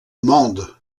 mende